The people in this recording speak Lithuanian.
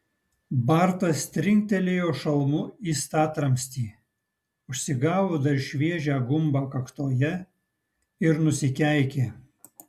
bartas trinktelėjo šalmu į statramstį užsigavo dar šviežią gumbą kaktoje ir nusikeikė